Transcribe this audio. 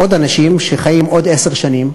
עוד אנשים שחיים עוד עשר שנים,